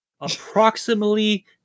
Approximately